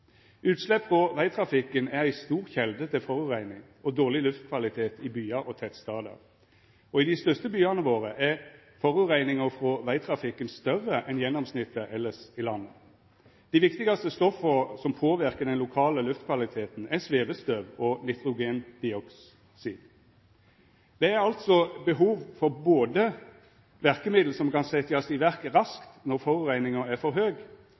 Utslepp frå vegtrafikken er ei stor kjelde til forureining og dårleg luftkvalitet i byar og tettstader, og i dei største byane våre er forureininga frå vegtrafikken større enn gjennomsnittet elles i landet. Dei viktigaste stoffa som påverkar den lokale luftkvaliteten, er svevestøv og nitrogendioksid. Det er altså behov for verkemiddel som kan setjast i verk raskt når forureininga er for høg,